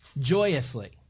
joyously